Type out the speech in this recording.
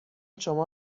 شما